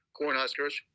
Cornhuskers